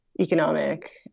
economic